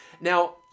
Now